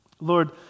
Lord